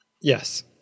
Yes